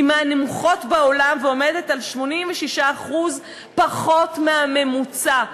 היא מהנמוכות בעולם ועומדת על 86% פחות מהממוצע.